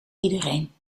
iedereen